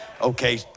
okay